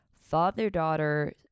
father-daughter